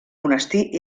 monestir